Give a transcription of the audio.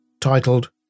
titled